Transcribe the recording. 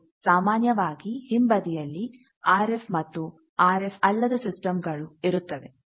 ಹಾಗೂ ಸಾಮಾನ್ಯವಾಗಿ ಹಿಂಬದಿಯಲ್ಲಿ ಆರ್ ಎಫ್ ಮತ್ತು ಆರ್ ಎಫ್ ಅಲ್ಲದ ಸಿಸ್ಟಮ್ಗಳು ಇರುತ್ತವೆ